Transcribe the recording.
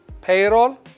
payroll